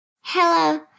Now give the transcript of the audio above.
Hello